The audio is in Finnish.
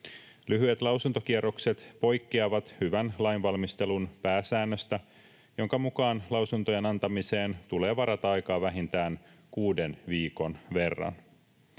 Lyhyet lausuntokierrokset poikkeavat hyvän lainvalmistelun pääsäännöstä, jonka mukaan lausuntojen antamiseen tulee varata aikaa vähintään kuuden viikon verran.